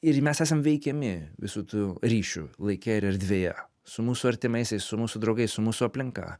ir mes esam veikiami visų tų ryšių laike ir erdvėje su mūsų artimaisiais su mūsų draugais su mūsų aplinka